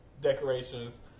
decorations